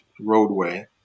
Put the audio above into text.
roadway